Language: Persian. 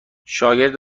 شاگرد